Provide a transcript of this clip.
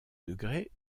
degré